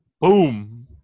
boom